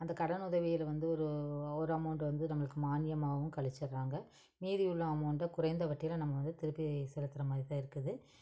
அந்த கடன் உதவியில வந்து ஒரு ஒரு அமௌண்ட் வந்து நம்மளுக்கு மானியமாகவும் கழிச்சிகிறாங்க மீதி உள்ள அமௌண்டை தான் குறைந்த வட்டியில நம்ம வந்து திருப்பி செலுத்துகிற மாதிரி தான் இருக்குது